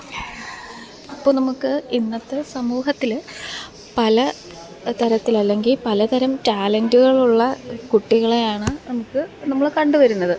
അപ്പോൾ നമുക്ക് ഇന്നത്തെ സമൂഹത്തിൽ പല തരത്തിലല്ലെങ്കിൽ പലതരം ടാലന്റ്കളുള്ള കുട്ടികളെയാണ് നമുക്ക് നമ്മൾ കണ്ട് വരുന്നത്